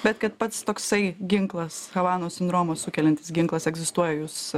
bet kad pats toksai ginklas havanos sindromą sukeliantis ginklas egzistuoja jūs